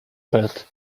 pad